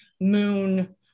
moon